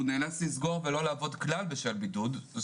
הוא נאלץ לסגור את העסק ולא לעבוד כלל בשל בידוד.